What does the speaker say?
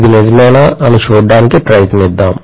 ఇది నిజమేనా అని చూడటానికి ప్రయత్నిద్దాం